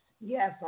Yes